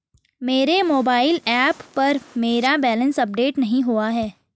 मेरे mobile app पर मेरा बैलेंस अपडेट नहीं हुआ है